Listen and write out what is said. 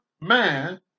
man